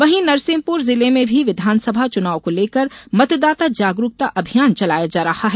वहीं नरसिंहपुर जिले में भी विधानसभा चुनाव को लेकर मतदाता जागरूकता अभियान चलाया जा रहा है